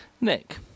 Nick